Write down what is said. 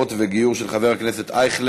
מקוואות וגיור, מס' 2976, של חבר הכנסת אייכלר.